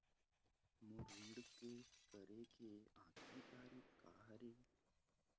मोर ऋण के करे के आखिरी तारीक का हरे?